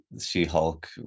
She-Hulk